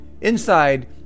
Inside